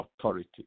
authority